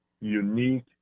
unique